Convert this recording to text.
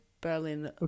Berlin